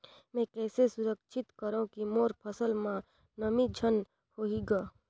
मैं कइसे सुरक्षित करो की मोर फसल म नमी झन होही ग?